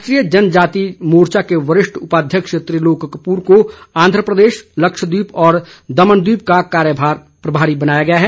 राष्ट्रीय जनजाति मोर्चा के वरिष्ठ उपाध्यक्ष त्रिलोक कपूर को आंध्रप्रदेश लक्ष्यद्वीप और दमनद्वीप राज्यों का कार्यक्रम प्रभारी नियुक्त किया हैं